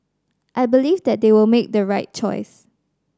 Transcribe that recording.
I believe that they will make the right choice